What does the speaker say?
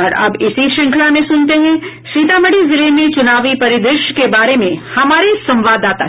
और अब इसी श्रृंखला में सुनते हैं सीतामढ़ी जिले में चुनावी परिदृश्य के बारे में हमारे संवाददाता से